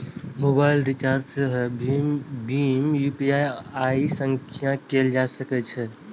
mobile recharge सेहो भीम UPI सं कैल जा सकैए